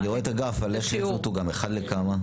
אני רואה את הגרף, אבל איך זה מתורגם, 1 ל- כמה?